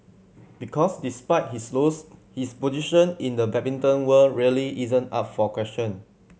because despite his loss his position in the badminton world really isn't up for question